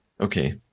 Okay